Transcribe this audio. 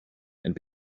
and